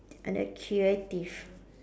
under creative